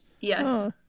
Yes